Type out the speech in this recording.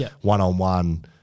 one-on-one